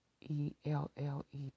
E-L-L-E